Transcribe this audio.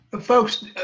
Folks